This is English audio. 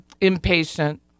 impatient